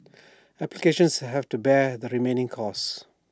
applicants have to bear the remaining costs